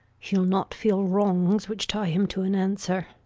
he'll not feel wrongs which tie him to an answer.